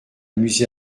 amusé